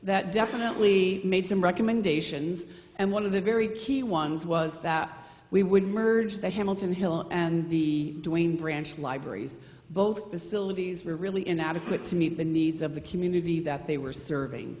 that definitely made some recommendations and one of the very key ones was that we would merge the hamilton hill and the doing branch libraries both facilities were really inadequate to meet the needs of the community that they were serving